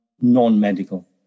non-medical